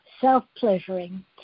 self-pleasuring